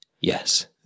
yes